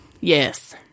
Yes